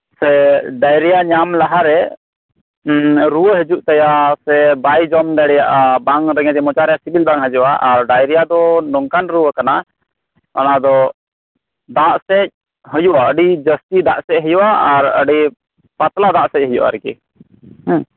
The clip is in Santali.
ᱥᱮ ᱰᱟᱭᱨᱤᱭᱟ ᱧᱟᱢ ᱞᱟᱦᱟᱨᱮ ᱨᱩᱣᱟᱹ ᱮᱫ ᱦᱤᱡᱩᱜ ᱛᱟᱭᱟ ᱥᱮ ᱵᱟᱭ ᱡᱚᱢ ᱫᱟᱲᱮᱹᱭᱟᱜᱼᱟ ᱵᱟᱝ ᱨᱮᱸᱜᱮᱡ ᱮᱭᱟ ᱢᱚᱪᱟᱨᱮ ᱥᱮᱵᱮᱞ ᱵᱟᱝ ᱦᱤᱡᱩᱜᱼᱟ ᱟᱨ ᱰᱟᱭᱨᱤᱭᱟ ᱫᱚ ᱱᱚᱝᱠᱟᱱ ᱨᱩᱣᱟᱹ ᱠᱟᱱᱟ ᱚᱱᱟᱫᱚ ᱫᱟᱜ ᱥᱮᱫ ᱦᱳᱭᱳᱜᱼᱟ ᱟᱹᱰᱤ ᱡᱟᱹᱥᱛᱤ ᱦᱳᱭᱳᱜ ᱟᱨ ᱟᱨ ᱟᱹᱰᱤ ᱡᱟᱹᱥᱛᱤ ᱯᱟᱛᱞᱟ ᱫᱟᱜ ᱥᱮᱫ ᱦᱳᱭᱳᱜᱼᱟ ᱟᱨᱠᱤ ᱦᱮᱸ